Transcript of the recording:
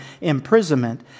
imprisonment